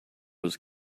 was